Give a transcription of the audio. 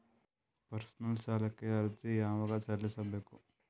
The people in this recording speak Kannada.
ಪರ್ಸನಲ್ ಸಾಲಕ್ಕೆ ಅರ್ಜಿ ಯವಾಗ ಸಲ್ಲಿಸಬೇಕು?